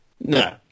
No